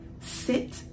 Sit